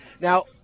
Now